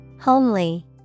Homely